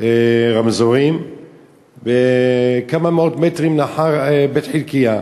מספר רמזורים כמה מאות מטרים לאחר בית-חלקיה.